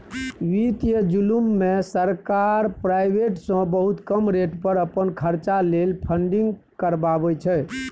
बित्तीय जुलुम मे सरकार प्राइबेट सँ बहुत कम रेट पर अपन खरचा लेल फंडिंग करबाबै छै